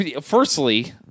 firstly